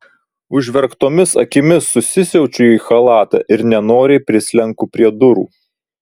užverktomis akimis susisiaučiu į chalatą ir nenoriai prislenku prie durų